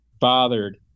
bothered